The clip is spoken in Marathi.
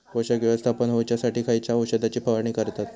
पोषक व्यवस्थापन होऊच्यासाठी खयच्या औषधाची फवारणी करतत?